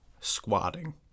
squatting